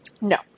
No